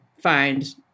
find